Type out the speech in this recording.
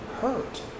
hurt